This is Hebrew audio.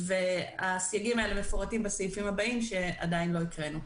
הסייגים האלה מפורטים בסעיפים הבאים שעדיין לא הקראנו.